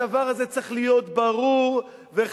הדבר הזה צריך להיות ברור וחד-משמעי.